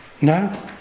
No